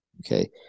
Okay